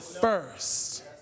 first